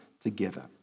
together